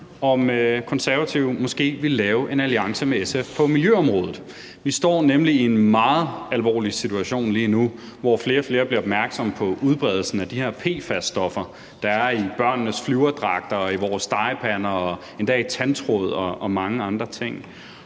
om Konservative måske vil lave en alliance med SF på miljøområdet. Vi står nemlig i en meget alvorlig situation lige nu, hvor flere og flere bliver opmærksomme på udbredelsen af de her PFAS-stoffer, der er i børnenes flyverdragter, i vores stegepander og endda i tandtråd og mange andre ting,